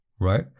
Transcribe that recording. right